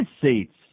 seats